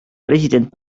president